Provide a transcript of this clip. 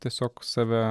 tiesiog save